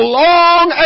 long